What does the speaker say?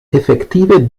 efektive